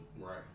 Right